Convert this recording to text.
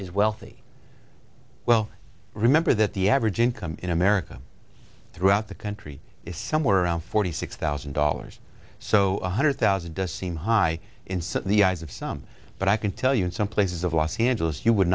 wealthy well remember that the average income in america throughout the country is somewhere around forty six thousand dollars so one hundred thousand does seem high in the eyes of some but i can tell you in some places of los angeles you would